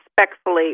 respectfully